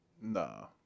No